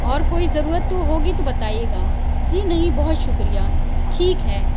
اور کوئی ضرورت تو ہوگی تو بتائیے گا جی نہیں بہت شکریہ ٹھیک ہے